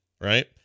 right